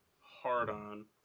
hard-on